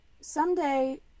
someday